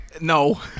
No